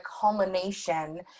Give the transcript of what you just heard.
culmination